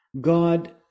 God